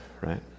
right